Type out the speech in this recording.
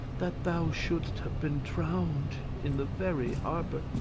that thou should'st have been drowned in the very harbour!